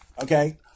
Okay